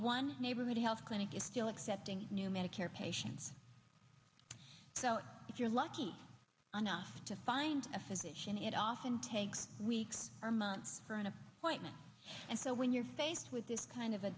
one neighborhood health clinic is still accepting new medicare patients so if you're lucky enough to find a physician it often takes weeks or months for an appointment and so when you're faced with this kind of a